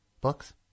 books